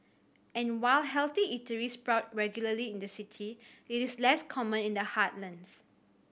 and while healthy eateries sprout regularly in the city it is less common in the heartlands